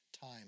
time